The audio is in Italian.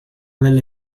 delle